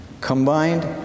Combined